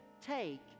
Take